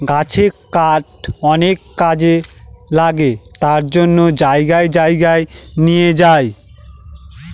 গাছের কাঠ অনেক কাজে লাগে তার জন্য জায়গায় জায়গায় নিয়ে যায়